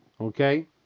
Okay